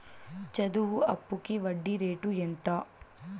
చదువు అప్పుకి వడ్డీ రేటు ఎంత?